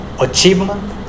achievement